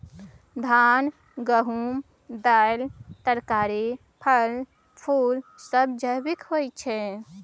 धान, गहूम, दालि, तरकारी, फल, फुल सब जैविक होई छै